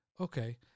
Okay